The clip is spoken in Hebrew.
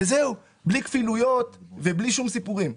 זהו, בלי כפילויות ובלי שום סיפורים.